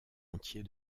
entier